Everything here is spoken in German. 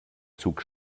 zug